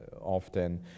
often